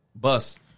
bus